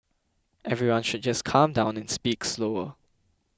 everyone should just calm down and speak slower